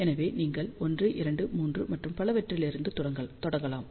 எனவே நீங்கள் 1 2 3 மற்றும் பலவற்றிலிருந்து தொடங்கலாம்